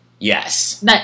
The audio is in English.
Yes